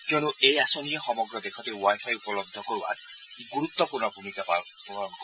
কিয়নো এই আঁচনিয়ে সমগ্ৰ দেশতে ৱাই ফাই উপলব্ধ কৰোৱাত গুৰুত্পূৰ্ণ ভূমিকা গ্ৰহণ কৰিব